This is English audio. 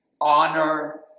honor